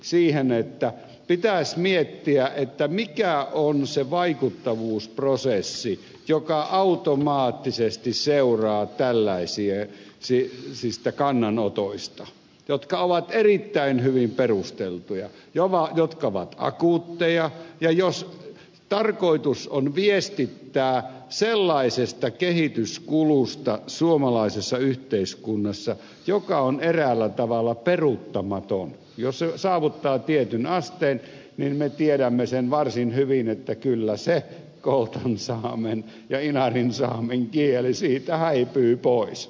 siihen että pitäisi miettiä mikä on se vaikuttavuusprosessi joka automaattisesti seuraa tällaisista kannanotoista jotka ovat erittäin hyvin perusteltuja jotka ovat akuutteja ja jos tarkoitus on viestittää suomalaisessa yhteiskunnassa sellaisesta kehityskulusta joka on eräällä tavalla peruuttamaton jos se saavuttaa tietyn asteen niin me tiedämme sen varsin hyvin että kyllä se koltansaamen ja inarinsaamen kieli siitä häipyy pois